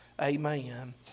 Amen